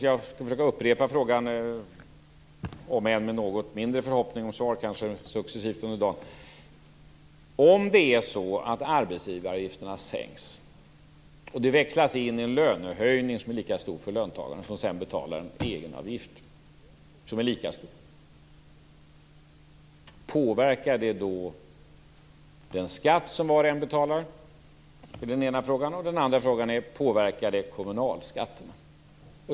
Jag skall försöka upprepa frågan, om än kanske med successivt mindre förhoppning om ett svar: Om arbetsgivaravgifterna sänks och detta växlas in i en lika stor lönehöjning för löntagarna som sedan betalar en lika stor egenavgift, påverkar det då den skatt som var och en betalar? Det är den ena frågan. Den andra frågan är: Påverkar det kommunalskatterna?